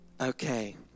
okay